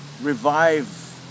revive